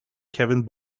kevin